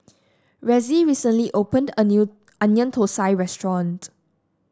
Ressie recently opened a new Onion Thosai Restaurant